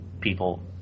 people